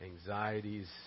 anxieties